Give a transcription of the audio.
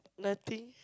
nothing